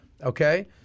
Okay